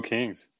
Kings